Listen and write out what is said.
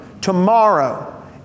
tomorrow